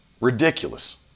ridiculous